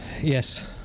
Yes